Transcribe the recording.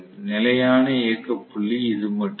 நிலையான இயக்க புள்ளி இது மட்டுமே